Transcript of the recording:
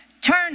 Turn